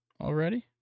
Already